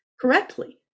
correctly